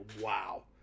wow